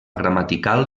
gramatical